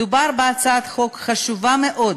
מדובר בהצעת חוק חשובה מאוד,